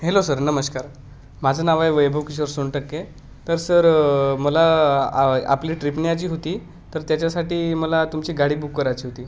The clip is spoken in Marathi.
हॅलो सर नमस्कार माझं नाव आहे वैभव किशोर सोनटक्के तर सर मला आ आपली ट्रिप न्यायची होती तर त्याच्यासाठी मला तुमची गाडी बुक करायची होती